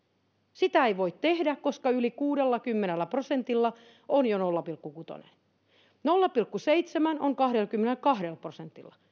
sitä ei voi tehdä koska yli kuudellakymmenellä prosentilla on jo nolla pilkku kuusi ja nolla pilkku seitsemän on kahdellakymmenelläkahdella prosentilla